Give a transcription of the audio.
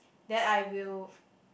then I will